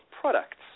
products